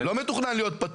זה לא מתוכנן להיות פתוח.